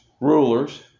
rulers